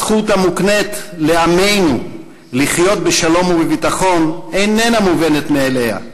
הזכות המוקנית לעמנו לחיות בשלום ובביטחון איננה מובנת מאליה.